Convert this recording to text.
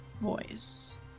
voice